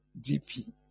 DP